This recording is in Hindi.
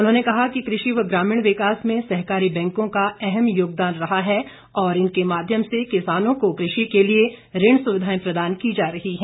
उन्होंने कहा कि कृषि व ग्रामीण विकास में सहकारी बैंकों का अहम योगदान रहा है और इनके माध्यम से किसानों को कृषि के लिए ऋण सुविधाएं प्रदान की जा रही है